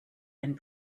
and